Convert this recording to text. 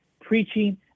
preaching